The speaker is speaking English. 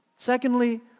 Secondly